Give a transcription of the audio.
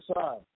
side